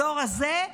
בדור הזה.